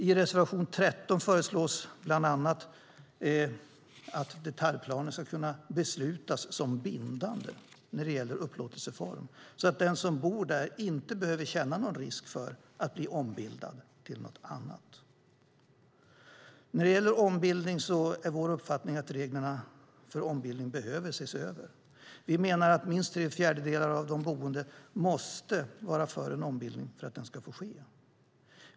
I reservation 13 föreslås bland annat att detaljplaner ska kunna beslutas som bindande vad gäller upplåtelseform så att den som bor där inte behöver känna att det finns risk för ombildning till något annat. När det gäller ombildning är vår uppfattning att reglerna för ombildning behöver ses över. Vi menar att minst tre fjärdedelar av de boende måste vara för en ombildning för att den ska få ske.